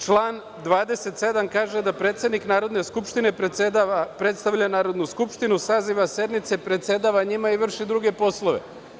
Član 27. kaže da predsednik Narodne skupštine predstavlja Narodnu skupštinu, saziva sednice, predsedava njima i vrši druge poslove.